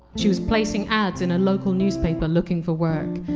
she was placing ads in a local newspaper looking for work.